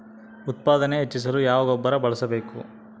ಉತ್ಪಾದನೆ ಹೆಚ್ಚಿಸಲು ಯಾವ ಗೊಬ್ಬರ ಬಳಸಬೇಕು?